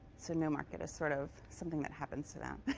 so no market is sort of something that happens to them.